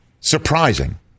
surprising